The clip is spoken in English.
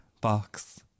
box